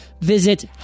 Visit